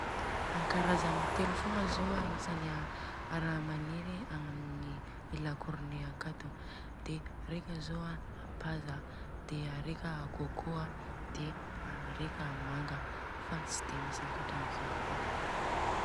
Ankarazagny Telo fogna zô agnisany a raha maniry agnaty lakorone akato de reka zô a paza de reka côcô Ande reka manga, fa tsy de misy ankarazagny lôatra.